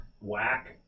whack